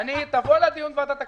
תבוא לדיון בוועדת הכנסת.